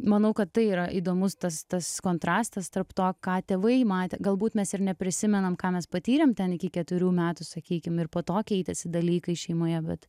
manau kad tai yra įdomus tas tas kontrastas tarp to ką tėvai matė galbūt mes ir neprisimenam ką mes patyrėm ten iki keturių metų sakykim ir po to keitėsi dalykai šeimoje bet